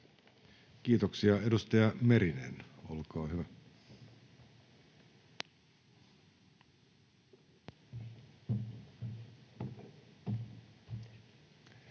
Kiitoksia. — Edustaja Merinen, olkaa hyvä.